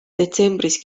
detsembris